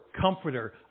Comforter